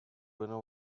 winner